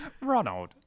Ronald